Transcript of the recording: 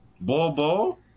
Bobo